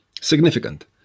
significant